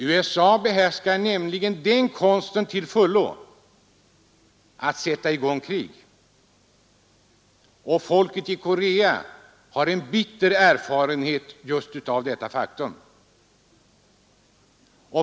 USA behärskar nämligen konsten till fullo att sätta i gång krig, och folket i Korea har en bitter erfarenhet just av detta faktum.